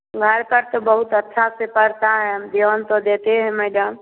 हमारे पास तो बहुत अच्छा से पढ़ता है हम ध्यान तो देते हैं मैडम